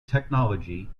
technology